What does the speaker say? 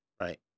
Right